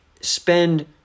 spend